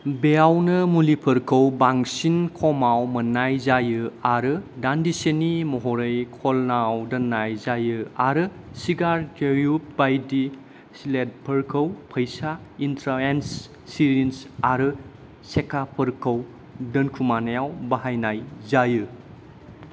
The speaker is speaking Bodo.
बेयावनो मुलिफोरखौ बांसिन खमाव मोननाय जायो आरो दानदिसेनि महरै कलनाव दोननाय जायो आरो सिगार ट्यूब बायदि स्लेदफोरखौ फैसा इन्त्रावेनस सिरिन्ज आरो सेखाफोरखौ दोनखुमानायाव बाहायनाय जायो